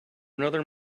another